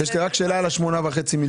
יש לי רק שאלה על 8.5 מיליון.